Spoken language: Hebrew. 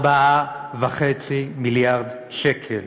4.5 מיליארד שקל.